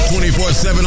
24-7